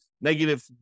negative